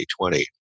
2020